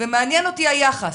ומעניין אותי היחס,